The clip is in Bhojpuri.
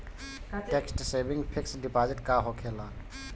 टेक्स सेविंग फिक्स डिपाँजिट का होखे ला?